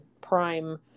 prime